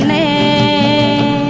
ah a